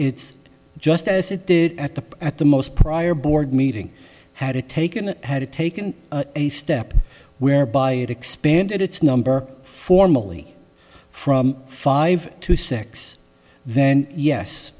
its just as it did at the at the most prior board meeting had it taken it had taken a step whereby it expanded its number formally from five to six then yes